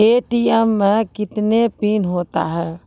ATM मे कितने PIN होता हैं?